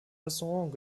restaurant